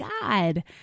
God